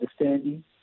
understanding